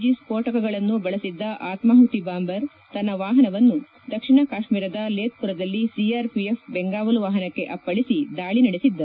G ಸ್ತೋಟಕಗಳನ್ನು ಬಳಬಿದ್ದ ಆತ್ನಾಹುತಿ ಬಾಂಬರ್ ತನ್ನ ವಾಹನವನ್ನು ದಕ್ಷಿಣ ಕಾಶ್ಮೀರದ ಲೇತ್ಪುರದಲ್ಲಿ ಸಿಆರ್ಪಿಎಫ್ ಬೆಂಗಾವಲು ವಾಹನಕ್ಕೆ ಅಪ್ಪಳಿಸಿ ದಾಳಿ ನಡೆಸಿದ್ದ